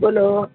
બોલો